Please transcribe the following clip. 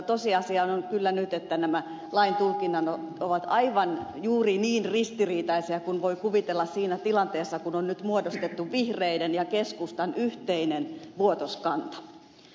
tosiasia on kyllä nyt että nämä lain tulkinnat ovat aivan juuri niin ristiriitaisia kuin voi kuvitella niiden olevan tässä tilanteessa kun on nyt muodostettu vihreiden ja keskustan yhteinen vuotos kanta